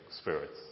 spirits